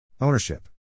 Ownership